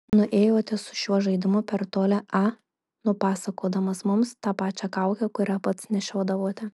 nuėjote su šiuo žaidimu per toli a nupasakodamas mums tą pačią kaukę kurią pats nešiodavote